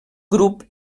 grup